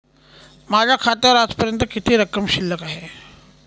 माझ्या खात्यावर आजपर्यंत किती रक्कम शिल्लक आहे?